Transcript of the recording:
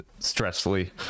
stressfully